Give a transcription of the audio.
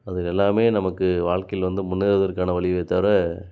அது எல்லாமே நமக்கு வாழ்க்கையில் வந்து முன்னேறுவதற்கான வழிகளே தவிர